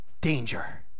danger